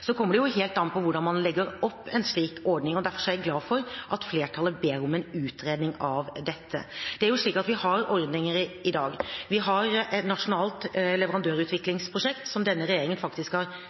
Så kommer det jo helt an på hvordan man legger opp en slik ordning, og derfor er jeg glad for at flertallet ber om en utredning av dette. Det er slik at vi har ordninger i dag. Vi har et nasjonalt leverandørutviklingsprosjekt, som denne regjeringen faktisk har